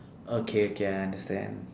okay okay I understand